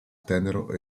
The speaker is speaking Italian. tenero